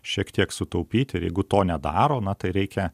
šiek tiek sutaupyti ir jeigu to nedaro na tai reikia